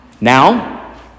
Now